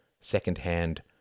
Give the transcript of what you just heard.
second-hand